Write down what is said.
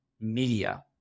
media